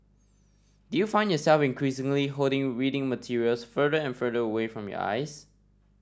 do you find yourself increasingly holding reading materials further and further away from your eyes